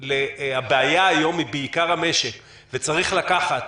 שהבעיה היום היא בעיקר המשק וצריך לקחת